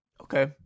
Okay